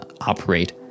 operate